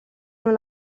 non